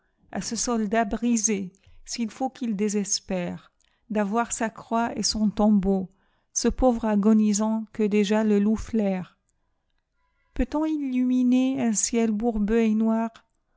a ce soldat brisé s'il faut qu'il désespère d'avoir sa croix et son tombeau ce pauvre agonisant que déjà le loup flaire peut-on illuminer un ciel bourbeux et noir